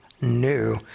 new